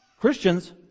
Christians